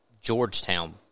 georgetown